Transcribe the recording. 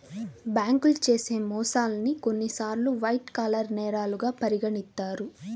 బ్యేంకులు చేసే మోసాల్ని కొన్నిసార్లు వైట్ కాలర్ నేరాలుగా పరిగణిత్తారు